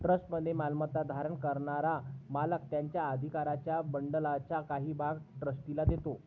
ट्रस्टमध्ये मालमत्ता धारण करणारा मालक त्याच्या अधिकारांच्या बंडलचा काही भाग ट्रस्टीला देतो